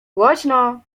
głośno